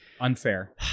unfair